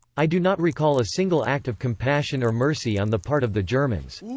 i do not recall a single act of compassion or mercy on the part of the germans.